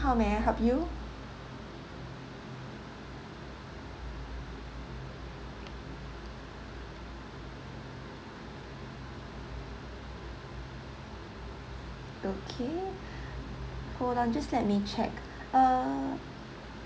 how may I help you okay hold on just let me check err